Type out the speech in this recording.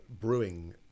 brewing